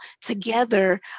together